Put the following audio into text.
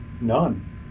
none